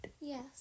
Yes